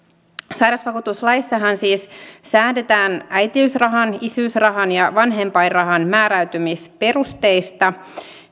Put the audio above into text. sairausvakuutuslaissahan siis säädetään äitiysrahan isyysrahan ja vanhempainrahan määräytymisperusteista